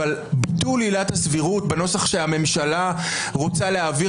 אבל ביטול עילת הסבירות בנוסח שהממשלה רוצה להעביר